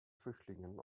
flüchtlingen